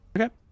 Okay